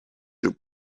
your